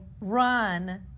run